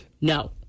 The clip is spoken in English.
No